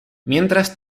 mientras